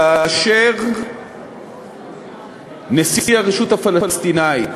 כאשר נשיא הרשות הפלסטינית